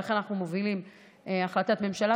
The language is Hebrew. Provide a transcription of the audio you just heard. ולכן אנחנו מובילים החלטת ממשלה,